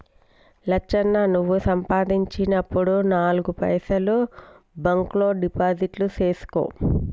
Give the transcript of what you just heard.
లచ్చన్న నువ్వు సంపాదించినప్పుడు నాలుగు పైసలు బాంక్ లో డిపాజిట్లు సేసుకో